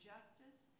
justice